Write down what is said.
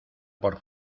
por